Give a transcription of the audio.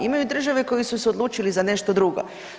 Imaju države koje su se odlučile za nešto drugo.